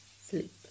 sleep